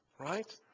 right